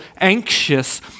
anxious